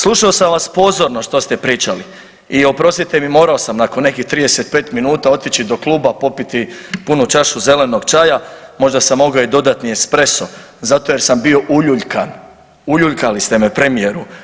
Slušao sam vas pozorno što ste pričali i oprostite mi, morao sam nakon nekih 35 minuta otići do kluba popiti punu čašu zelenog čaja, možda sam mogao i dodatni espreso zato jer sam bio uljuljkan, uljuljkali ste me, premijeru.